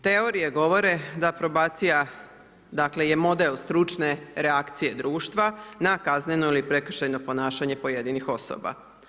Teorije govore da probacija je model stručne reakcije društva na kazneno ili prekršajno ponašanje pojedinih osoba.